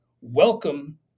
Welcome